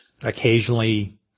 occasionally